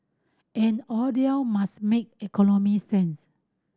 and all deal must make economic sense